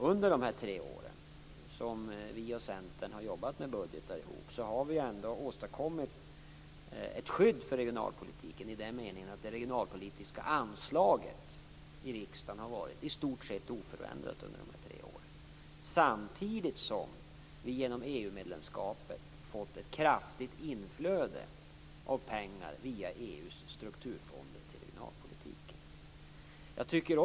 Under de tre år som vi och Centern har samarbetat kring budgeten har vi åstadkommit ett skydd för regionalpolitiken i den meningen att det regionalpolitiska anslaget i riksdagen har varit i stort sett oförändrat under dessa år. Samtidigt har vi genom EU-medlemskapet fått ett kraftigt inflöde av pengar via EU:s strukturfonder till regionalpolitiken.